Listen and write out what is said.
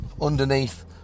underneath